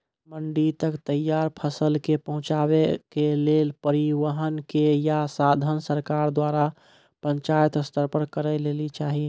मंडी तक तैयार फसलक पहुँचावे के लेल परिवहनक या साधन सरकार द्वारा पंचायत स्तर पर करै लेली चाही?